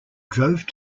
drove